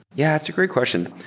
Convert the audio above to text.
yeah, it's a great question.